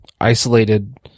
isolated